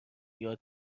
یاد